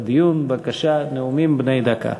בבקשה, נאומים בני דקה.